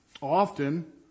often